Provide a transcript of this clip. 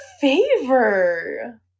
favor